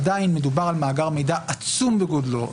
עדיין מדובר על מאגר מידע עצום בגודלו,